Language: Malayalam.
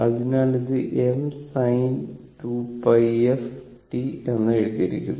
അതിനാൽ ഇത് m sin 2πf t എന്ന് എഴുതിയിരിക്കുന്നു